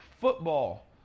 football